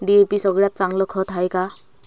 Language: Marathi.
डी.ए.पी सगळ्यात चांगलं खत हाये का?